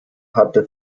hatte